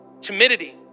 timidity